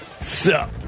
sup